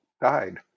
died